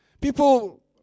People